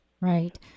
right